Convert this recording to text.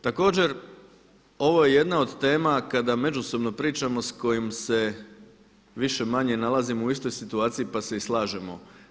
Također ovo je jedna od tema kada međusobno pričamo s kojim se više-manje nalazimo u istoj situaciji pa se i slažemo.